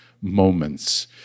moments